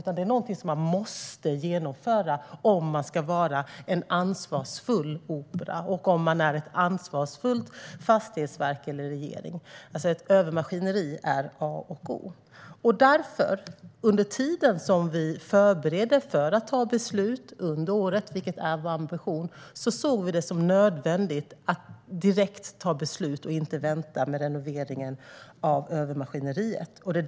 Den renoveringen måste genomföras, om man ska vara en ansvarsfull opera, ett ansvarsfullt fastighetsverk och en ansvarsfull regering. Ett övermaskineri är alltså A och O. Under tiden som vi förbereder för att ta beslut - vår ambition är att göra det under året - såg vi det därför som nödvändigt att direkt ta beslut om och inte vänta med renoveringen av övermaskineriet.